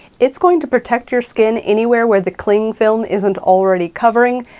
it's going to protect your skin anywhere where the cling film isn't already covering.